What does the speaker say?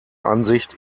ansicht